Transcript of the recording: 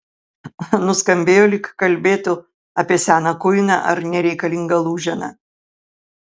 nuskambėjo lyg kalbėtų apie seną kuiną ar nereikalingą lūženą